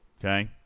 Okay